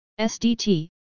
SDT